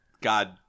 God